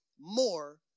more